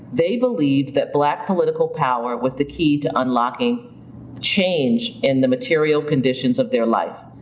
they believed that black political power was the key to unlocking change in the material conditions of their life.